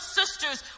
sisters